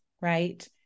right